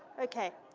okay.